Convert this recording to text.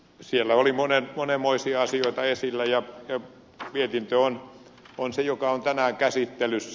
siellä oli monen moisia asioita esillä ja mietintö on se joka on tänään käsittelyssä